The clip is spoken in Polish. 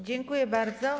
Dziękuję bardzo.